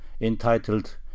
entitled